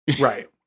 Right